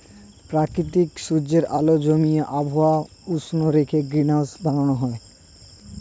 প্রাকৃতিক সূর্যের আলো জমিয়ে আবহাওয়া উষ্ণ রেখে গ্রিনহাউস বানানো হয়